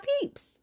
peeps